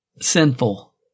sinful